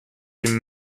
dem